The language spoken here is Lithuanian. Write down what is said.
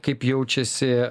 kaip jaučiasi